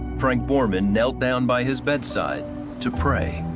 frank borman knelt down by his bedside to pray.